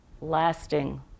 lasting